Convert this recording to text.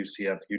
UCF